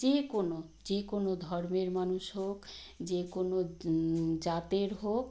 যে কোনো যে কোনো ধর্মের মানুষ হোক যে কোনো জাতের হোক